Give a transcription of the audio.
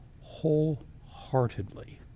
wholeheartedly